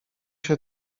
się